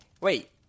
wait